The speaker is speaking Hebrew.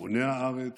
בונה הארץ,